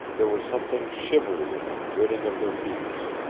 there was something shivery in the gritting of their beaks,